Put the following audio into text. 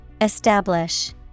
Establish